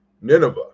Nineveh